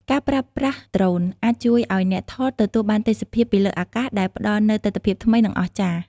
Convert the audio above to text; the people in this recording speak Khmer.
ការប្រើប្រាស់ Drone អាចជួយឲ្យអ្នកថតទទួលបានទេសភាពពីលើអាកាស ដែលផ្តល់នូវទិដ្ឋភាពថ្មី និងអស្ចារ្យ។